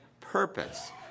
purpose